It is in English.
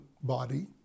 body